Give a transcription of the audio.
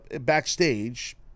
backstage